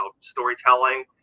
storytelling